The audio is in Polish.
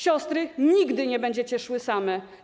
Siostry, nigdy nie będziecie szły same.